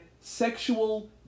sexual